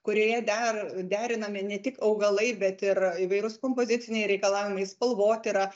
kurioje dar derinami ne tik augalai bet ir įvairūs kompoziciniai reikalavimai spalvotyra